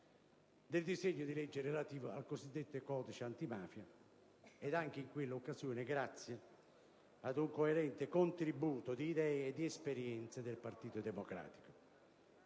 del disegno di legge relativo al cosiddetto codice antimafia, anche in quell'occasione, grazie ad un coerente contributo di idee e di esperienze del Partito Democratico.